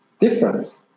different